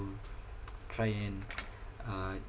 try and uh